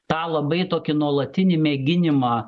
tą labai tokį nuolatinį mėginimą